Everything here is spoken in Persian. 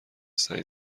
سریع